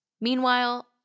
Meanwhile